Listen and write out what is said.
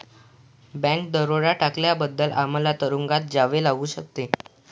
bank दरोडा टाकल्याबद्दल आम्हाला तुरूंगात जावे लागू शकते